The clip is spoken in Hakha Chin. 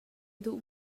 duh